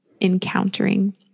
encountering